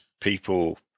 people